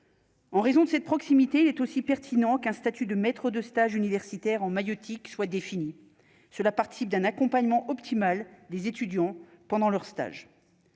En raison de cette proximité, il est aussi pertinent qu'un statut de maître de stage universitaires en maïeutique soit défini, cela participe d'un accompagnement optimal des étudiants pendant leurs stages,